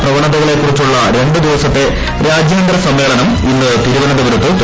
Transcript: പ്രവണതകളെക്കുറിച്ചുള്ള രണ്ട് ദിവസത്തെ രാജ്യാന്തര സമ്മേളനം ഇന്ന് തിരുവനന്തപുരത്ത് തുടങ്ങും